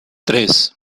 tres